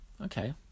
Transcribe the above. Okay